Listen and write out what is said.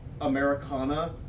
Americana